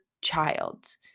child